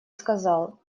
сказал